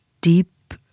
deep